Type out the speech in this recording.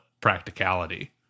practicality